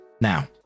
Now